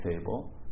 table